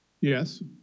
Yes